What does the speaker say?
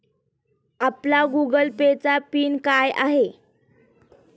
आपला Google Pay चा PIN काय आहे?